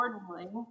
accordingly